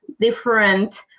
different